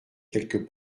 quelques